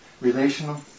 Relational